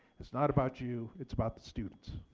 it's not about you, it's about the students.